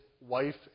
wife